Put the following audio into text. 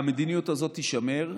המדיניות הזאת תישמר.